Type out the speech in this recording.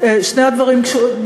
שני הדברים קשורים.